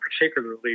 particularly